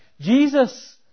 Jesus